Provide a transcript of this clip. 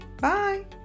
Bye